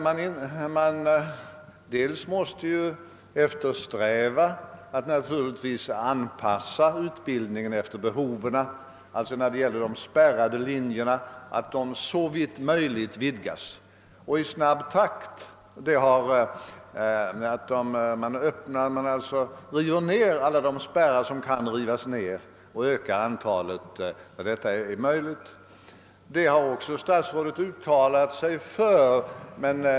För det första måste man eftersträva att anpassa utbildningen efter behoven. De spärrade linjerna bör såvitt möjligt vidgas i snabb takt, man bör riva ner alla spärrar som kan rivas ner och öka antalet studerande där detta är möjligt. Det har också statsrådet uttalat sig för.